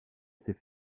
assez